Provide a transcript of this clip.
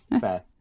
fair